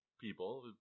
people